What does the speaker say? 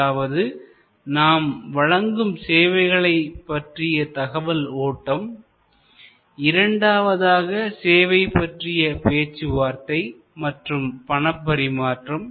அதாவது நாம் வழங்கும் சேவைகளை பற்றிய தகவல் ஓட்டம் இரண்டாவதாக சேவை பற்றிய பேச்சு வார்த்தை மற்றும் பணப் பரிமாற்றம்